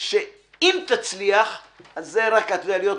שאם תצליח אז זה רק להיות,